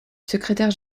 secrétaire